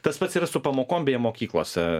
tas pats yra su pamokom beje mokyklose